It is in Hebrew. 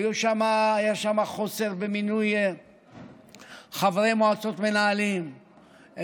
היה שם חוסר במינוי חברי מועצות מנהלים,